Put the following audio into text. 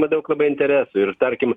daug labai interesų ir tarkim